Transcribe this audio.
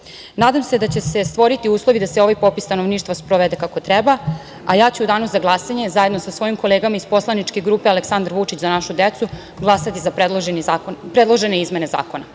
se da će se stvoriti uslovi da se ovaj popis stanovništva sprovede kako treba, a ja ću u danu za glasanje, zajedno sa svojim kolegama iz poslaničke grupe „Aleksandar Vučić – Za našu decu“, glasati za predložene izmene zakona.